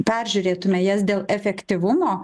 peržiūrėtume jas dėl efektyvumo